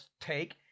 take